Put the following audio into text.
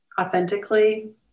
authentically